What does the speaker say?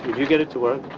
you get it to work,